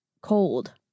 cold